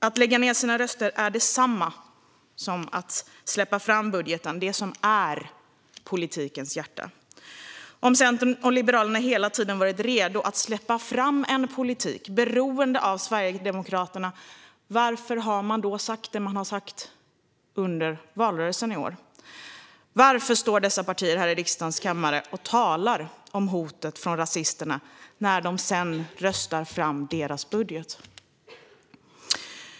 Att lägga ned sina röster är detsamma som att släppa fram budgeten, det som är politikens hjärta. Om Centern och Liberalerna hela tiden varit redo att släppa fram en politik beroende av Sverigedemokraterna, varför har man då sagt det man sagt under årets valrörelse? Varför står dessa partier här i riksdagens kammare och talar om hotet från rasisterna när de sedan röstar fram deras budget?